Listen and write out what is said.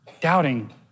doubting